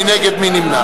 מי נגד?